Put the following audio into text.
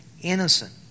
innocent